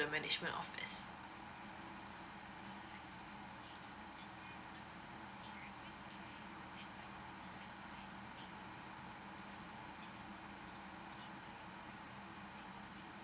the management office